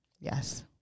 Yes